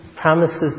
promises